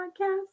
podcast